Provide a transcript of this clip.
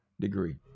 degree